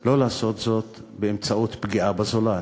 לא לעשות זאת באמצעות פגיעה בזולת,